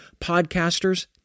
podcasters